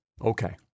Okay